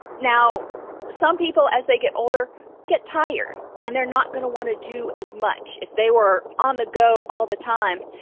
now some people as they get older get tired and they're not gonna want to do as much if they were on the go all the time